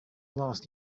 last